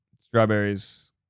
strawberries